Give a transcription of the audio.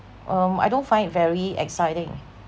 um I don't find it very exciting